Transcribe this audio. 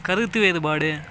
கருத்து வேறுபாடு